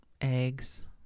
eggs